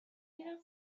میرم